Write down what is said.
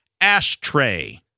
ashtray